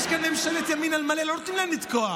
יש כאן ממשלת ימין על מלא, לא נותנים להם לתקוע.